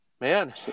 man